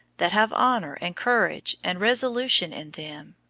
that have honour and courage and resolution in them?